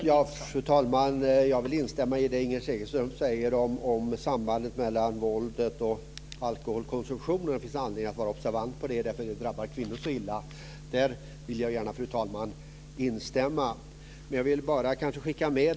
Fru talman! Jag vill gärna instämma i det som Inger Segelström säger om sambandet mellan våldet och alkoholkonsumtionen. Det finns anledning att vara observant på det, eftersom det drabbar kvinnor så illa.